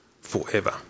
forever